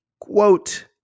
quote